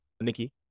Nikki